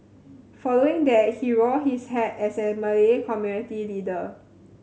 following that he wore his hat as a Malay community leader